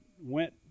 went